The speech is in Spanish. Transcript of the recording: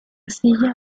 silla